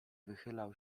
wychylał